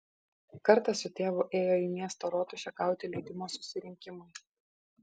kartą su tėvu ėjo į miesto rotušę gauti leidimo susirinkimui